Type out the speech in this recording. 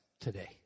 today